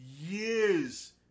years